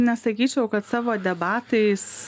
nesakyčiau kad savo debatais